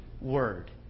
word